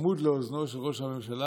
צמוד לאוזנו של ראש הממשלה,